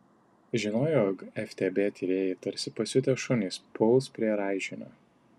žinojo jog ftb tyrėjai tarsi pasiutę šunys puls prie raižinio